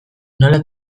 nola